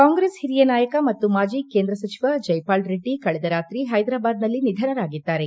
ಕಾಂಗ್ರೆಸ್ ಹಿರಿಯ ನಾಯಕ ಮತ್ತು ಮಾಜಿ ಕೇಂದ್ರ ಸಚಿವ ಜೈಪಾಲ್ ರೆಡ್ಡಿ ಕಳೆದ ರಾತ್ರಿ ಹೈದರಾಬಾದ್ನಲ್ಲಿ ನಿಧನರಾಗಿದ್ದಾರೆ